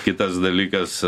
kitas dalykas